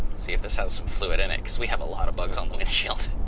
see if this has some fluid in it because we have a lot of bugs on the windshield.